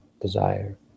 desire